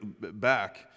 back